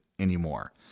anymore